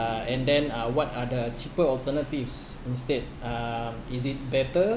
and then uh what are the cheaper alternatives instead um is it better